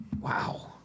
wow